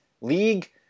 League